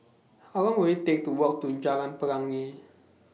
How Long Will IT Take to Walk to Jalan Pelangi